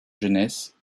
jeunesse